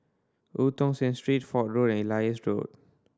Eu Tong Sen Street Fort Road and Elias Road